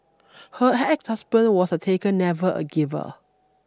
her ex husband was a taker never a giver